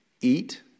eat